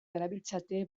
darabiltzate